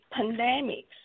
pandemics